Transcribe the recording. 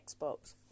Xbox